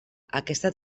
aquesta